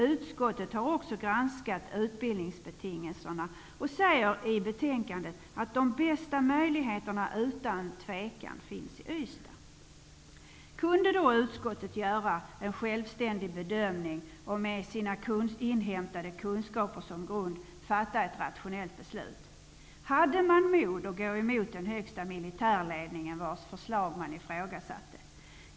Utskottet har också granskat utbildningsbetingelserna och säger i betänkandet att de bästa möjligheterna utan tvivel finns i Ystad. Kunde då utskottet göra en självständig bedömning och med sina inhämtade kunskaper som grund fatta ett rationellt beslut? Hade man mod att gå emot den högsta militärledningen, vars förslag man ifrågasatte?